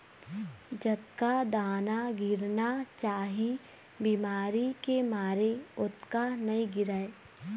जतका दाना गिरना चाही बिमारी के मारे ओतका नइ गिरय